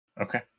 Okay